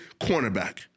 cornerback